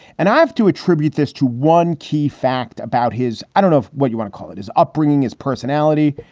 and i have to attribute this to one key fact about his i don't know what you want to call it, his upbringing, his personality,